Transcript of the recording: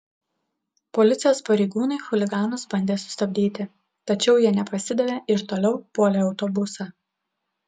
policijos pareigūnai chuliganus bandė sustabdyti tačiau jie nepasidavė ir toliau puolė autobusą